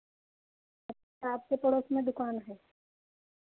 अच्छा आपके पड़ोस में दुकान है